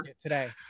Today